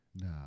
No